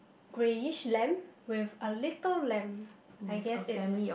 greyish lamb with a little lamb I guess it's